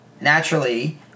naturally